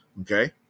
okay